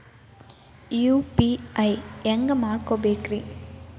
UPI ಹ್ಯಾಂಗ ಮಾಡ್ಕೊಬೇಕ್ರಿ?